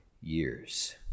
years